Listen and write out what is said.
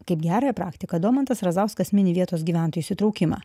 kaip gerąją praktiką domantas razauskas mini vietos gyventojų įsitraukimą